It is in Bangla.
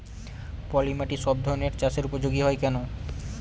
পলিমাটি সব ধরনের চাষের উপযোগী হয় কেন?